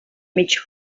mig